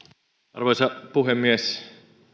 arvoisa puhemies